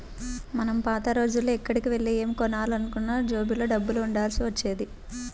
మనం పాత రోజుల్లో ఎక్కడికెళ్ళి ఏమి కొనాలన్నా జేబులో డబ్బులు ఉండాల్సి వచ్చేది